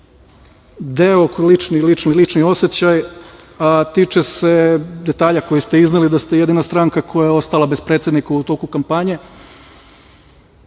ima jedan lični deo, lični osećaj, a tiče se detalja koji ste izneli da ste jedina stranka koja je ostala bez predsednika u toku kampanje.